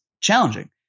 challenging